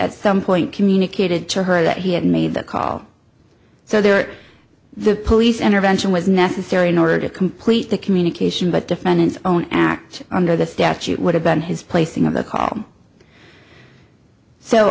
at some point communicated to her that he had made the call so there the police intervention was necessary in order to complete the communication but defendant's own act under the statute would have been his placing of the c